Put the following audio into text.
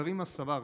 עכרמה סברי,